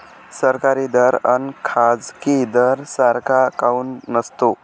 सरकारी दर अन खाजगी दर सारखा काऊन नसतो?